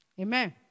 Amen